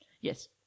Yes